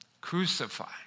crucified